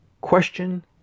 question